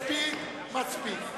מספיק, מספיק.